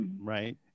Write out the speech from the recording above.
Right